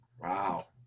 wow